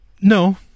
no